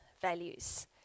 values